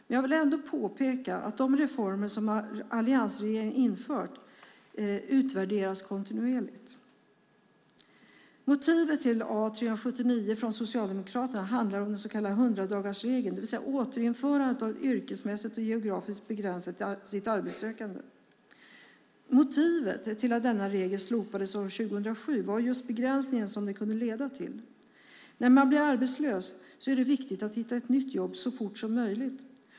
Men jag vill ändå påpeka att de reformer som alliansregeringen har infört utvärderas kontinuerligt. Motivet till A379 från Socialdemokraterna handlar om den så kallade 100-dagarsregeln, det vill säga återinförandet av att yrkesmässigt och geografiskt begränsa sitt arbetssökande. Motivet till att denna regel slopades år 2007 var just begränsningen som den kunde leda till. När man blir arbetslös är det viktigt att hitta ett nytt jobb så fort som möjligt.